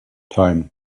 time